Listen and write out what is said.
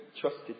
trusted